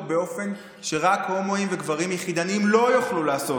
באופן שרק הומואים וגברים יחידניים לא יוכלו לעשות